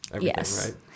yes